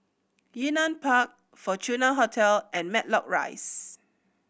Yunnan Park Fortuna Hotel and Matlock Rise